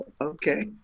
okay